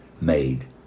made